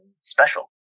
special